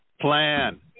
Plan